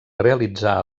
realitzar